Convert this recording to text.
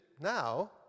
now